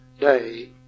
day